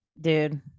Dude